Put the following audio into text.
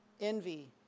Envy